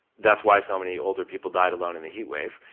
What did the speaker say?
that's why so many older people died alone in the heat wave.